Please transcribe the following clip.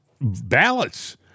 ballots